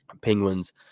penguins